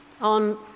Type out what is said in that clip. on